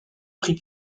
prix